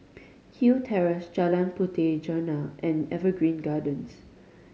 Kew Terrace Jalan Puteh Jerneh and Evergreen Gardens